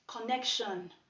connection